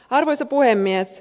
arvoisa puhemies